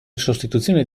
sostituzione